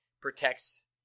protects